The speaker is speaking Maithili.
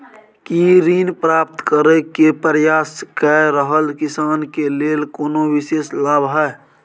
की ऋण प्राप्त करय के प्रयास कए रहल किसान के लेल कोनो विशेष लाभ हय?